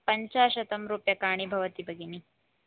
पञ्चशतं रूप्यकाणि भवति भगिनि